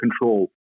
control